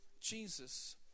Jesus